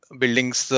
buildings